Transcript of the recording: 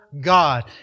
God